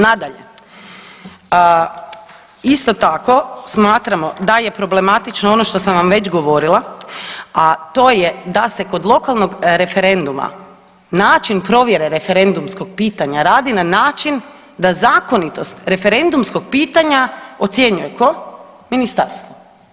Nadalje, isto tako smatramo da je problematično ono što sam vam već govorila, a to je da se kod lokalnog referenduma način provjere referendumskog pitanja radi na način da zakonitost referendumskog pitanja ocjenjuje tko, ministarstvo.